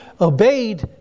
obeyed